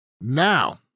Now